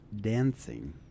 dancing